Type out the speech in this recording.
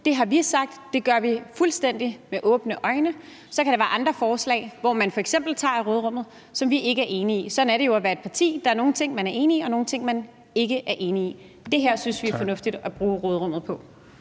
Det har vi sagt at vi gør fuldstændig med åbne øjne. Så kan der være andre forslag, hvor man f.eks. tager af råderummet, som vi ikke er enig i. Sådan er det jo at være et parti – der er nogle ting, man er enig i, og der er nogle ting, man ikke er enig i. Og det her synes vi er fornuftigt at bruge råderummet på.